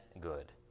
good